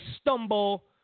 stumble